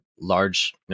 large